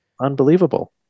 unbelievable